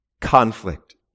conflict